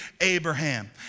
Abraham